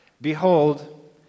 Behold